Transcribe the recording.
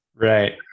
Right